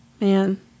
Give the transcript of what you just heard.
man